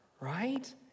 right